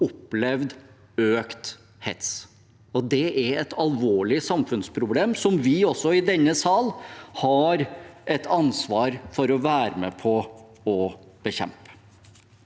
opplevd økt hets. Det er et alvorlig samfunnsproblem som også vi i denne sal har et ansvar for å være med på å bekjempe.